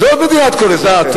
זאת מדינת כל אזרחיה.